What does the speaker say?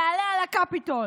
יעלה על הקפיטול,